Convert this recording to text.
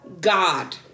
God